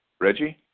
Reggie